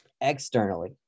externally